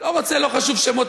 כולל שרים,